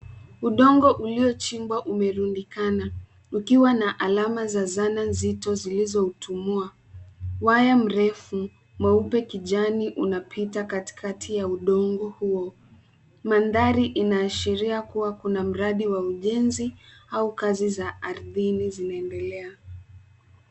Udongo uliochimbwa umerundikana ukiwa na alama za zana nzito zilizoutumua. Waya mrefu mweupe kijani unapita katikati ya udongo huo. Mandhari inaashiria kuwa kuna mradi wa ujenzi au kazi za ardhini zinaendelea.